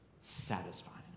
satisfying